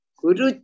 guru